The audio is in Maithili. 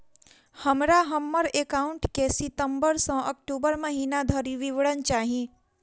हमरा हम्मर एकाउंट केँ सितम्बर सँ अक्टूबर महीना धरि विवरण चाहि?